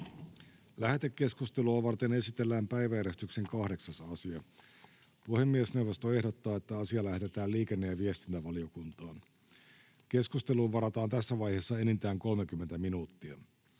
Lähetekeskustelua varten esitellään päiväjärjestyksen 9. asia. Puhemiesneuvosto ehdottaa, että asia lähetetään talousvaliokuntaan. Keskusteluun varataan tässä vaiheessa enintään 30 minuuttia.